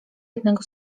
jednego